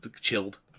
Chilled